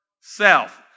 self